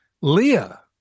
Leah